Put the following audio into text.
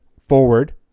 forward